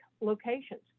locations